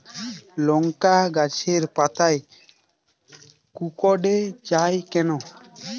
লংকা গাছের পাতা কুকড়ে যায় কেনো?